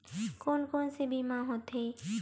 कोन कोन से बीमा होथे?